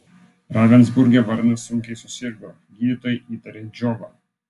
ravensburge varnas sunkiai susirgo gydytojai įtarė džiovą